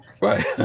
Right